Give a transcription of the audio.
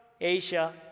Asia